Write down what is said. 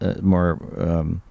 more